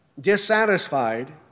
dissatisfied